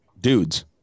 Dudes